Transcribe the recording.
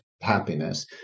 happiness